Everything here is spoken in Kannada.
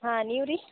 ಹಾಂ ನೀವು ರೀ